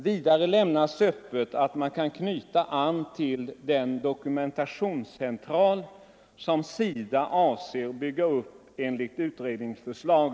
Vidare lämnas öppet att man kan knyta an till den dokumentationscentral som SIDA avses bygga upp enligt ett utredningsförslag.